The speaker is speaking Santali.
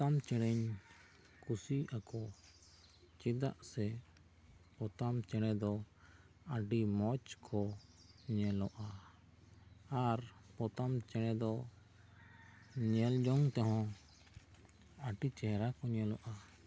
ᱯᱚᱛᱟᱢ ᱪᱮᱬᱮ ᱠᱩᱥᱤ ᱟᱠᱚ ᱪᱮᱫᱟᱜ ᱥᱮ ᱯᱚᱛᱟᱢ ᱪᱮᱬᱮ ᱫᱚ ᱟᱹᱰᱤ ᱢᱚᱡᱽ ᱠᱚ ᱧᱮᱞᱚᱜᱼᱟ ᱟᱨ ᱯᱚᱛᱟᱢ ᱪᱮᱬᱮ ᱫᱚ ᱧᱮᱞ ᱡᱚᱝ ᱛᱮᱦᱚᱸ ᱟᱹᱰᱤ ᱪᱮᱦᱨᱟ ᱠᱚ ᱧᱮᱞᱚᱜᱼᱟ